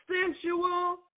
sensual